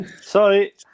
Sorry